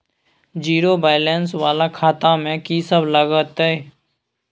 Zero balance वाला खाता में की सब लगतै?